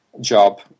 job